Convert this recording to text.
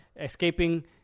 escaping